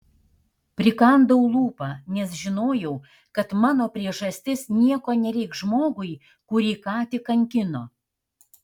prikandau lūpą nes žinojau kad mano priežastis nieko nereikš žmogui kurį ką tik kankino